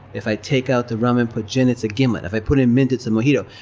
if i take out the rum and put gin, it's a gimlet. if i put in mint, it's a mojito.